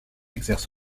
exerce